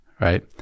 right